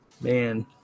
Man